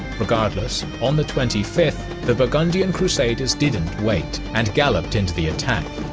regardless on the twenty fifth, the burgundian crusaders didn't wait and galloped into the attack.